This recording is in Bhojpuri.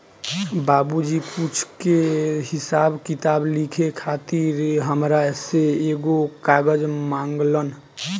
बाबुजी कुछ के हिसाब किताब लिखे खातिर हामरा से एगो कागज मंगलन